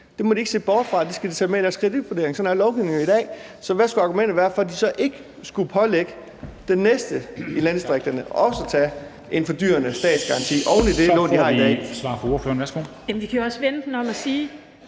Det må de ikke se bort fra. Det skal de tage med i deres kreditvurdering. Sådan er lovgivningen i dag. Så hvad skulle argumentet være for, at de ikke skulle pålægge den næste i landdistriktet også at tage en fordyrende statsgaranti oven i det lån, de har i dag?